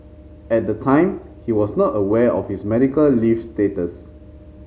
at the time he was not aware of his medical leave status